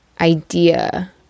idea